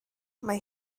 mae